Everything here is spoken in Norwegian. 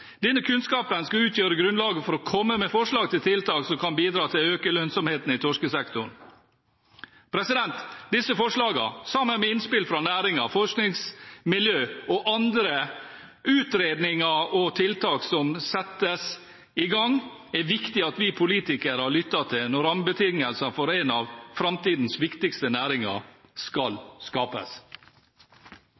Denne kunnskapen skal utgjøre grunnlaget for å komme med forslag til tiltak som kan bidra til å øke lønnsomheten i torskesektoren. Disse forslagene, sammen med innspill fra næringen og forskningsmiljøer samt andre utredninger og tiltak som settes i gang, er det viktig at vi politikere lytter til når rammebetingelsene for en av framtidens viktigste næringer skal